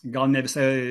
gal ne visai